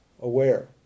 aware